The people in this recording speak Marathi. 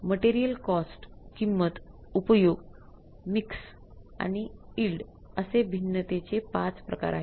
मटेरियल कॉस्ट किंमत उपयोग मिक्स आणि यील्ड असे भिन्नतेचे 5 प्रकार आहेत